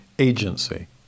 Agency